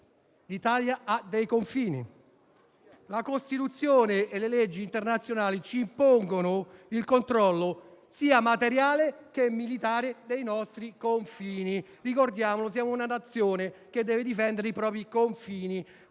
l'Italia ha dei confini e la Costituzione, insieme alle leggi internazionali, ci impongono il controllo, sia materiale che militare, dei nostri confini. Ricordiamolo: siamo una Nazione che deve difendere i propri confini,